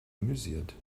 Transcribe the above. amüsiert